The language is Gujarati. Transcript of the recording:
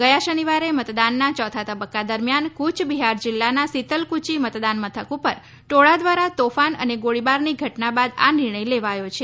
ગયા શનિવારે મતદાનના ચોથા તબક્કા દરમિયાન ફૂય બિહાર જિલ્લાના સીતલકુચી મતદાન મથક પર ટોળા દ્વારા તોફાન અને ગોળીબારની ઘટના બાદ આ નિર્ણય લેવાયો છે